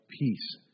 peace